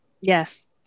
Yes